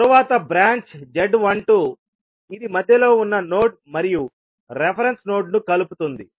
తరువాత branch z12 ఇది మధ్యలో ఉన్న నోడ్ మరియు రిఫరెన్స్ నోడ్ను కలుపుతుంది